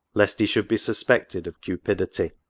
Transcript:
lest he should be suspected of cupidity.